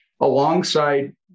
alongside